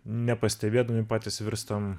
nepastebėdami patys virstam